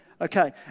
Okay